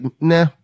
nah